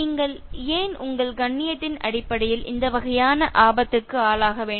நீங்கள் ஏன் உங்கள் கண்ணியத்தின் அடிப்படையில் இந்த வகையான ஆபத்துக்கு ஆளாக வேண்டும்